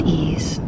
ease